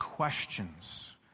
questions